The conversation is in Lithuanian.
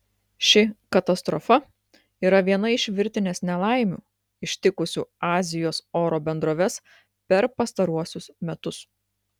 ši katastrofa yra viena iš virtinės nelaimių ištikusių azijos oro bendroves per pastaruosius metus